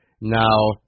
Now